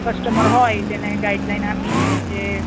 customer હોય તેને guideline આપીને જે